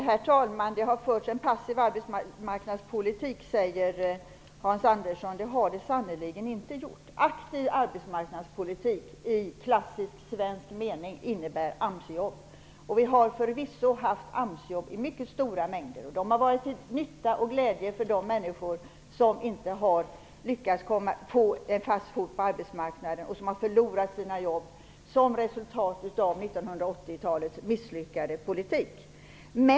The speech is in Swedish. Herr talman! Det har förts en passiv arbetsmarknadspolitik, sade Hans Andersson. Det har vi sannerligen inte gjort. Aktiv arbetsmarknadspolitik i klassisk svensk mening innebär AMS-jobb. Det har förvisso funnits AMS-jobb i mycket stora mängder, och de har varit till nytta och glädje för de människor som inte har lyckats att få en fast fot på arbetsmarknaden och som har förlorat sina jobb, vilket är ett resultat av 1980-talets misslyckade politik.